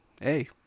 hey